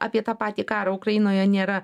apie tą patį karą ukrainoje nėra